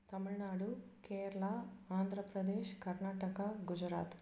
Tamil Nadu Kerala Andhra Pradesh Karnataka Gujarat